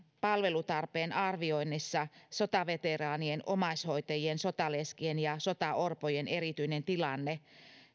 palvelutarpeen arvioinnissa sotaveteraanien omaishoitajien sotaleskien ja sotaorpojen erityinen tilanne